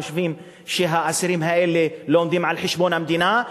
חושבים שהאסירים האלה לומדים על חשבון המדינה.